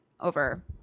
over